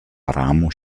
ramo